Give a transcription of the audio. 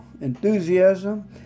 enthusiasm